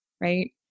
right